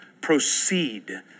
proceed